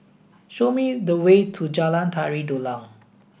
show me the way to Jalan Tari Dulang